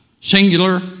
Singular